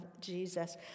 Jesus